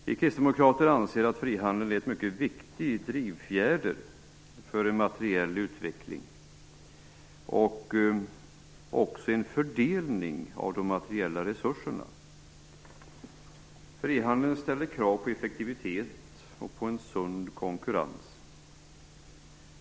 Vi kristdemokrater anser att frihandeln är en mycket viktig drivfjäder för materiell utveckling och också för fördelning av de materiella resurserna. Frihandel ställer krav på effektivitet och på en sund konkurrens.